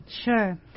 Sure